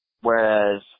Whereas